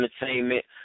Entertainment